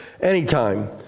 anytime